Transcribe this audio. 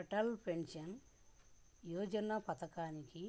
Atal pension యోజన పథకానికి